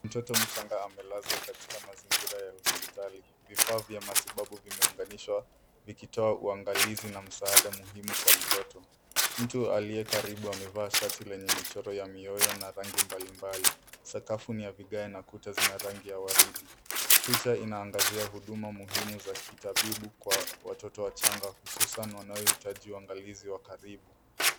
Mtoto mchanga amelazwa katika mazingira ya hospitali, vifaa vya matibabu vimeunganishwa vikitoa uangalizi na msaada muhimu kwa mtoto. Mtu aliyekaribu amevaa shati lenye michoro ya mioyo na rangi mbalimbali. Sakafu ni ya vigae na ukuta zina rangi ya waridi. Picha inaangazia huduma muhimu za kitabibu kwa watoto wachanga hususan wanaoitaji uangalizi wa karibu.